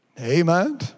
Amen